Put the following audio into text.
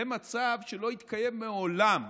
זה מצב שלא התקיים מעולם.